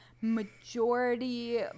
majority